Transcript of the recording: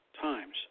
times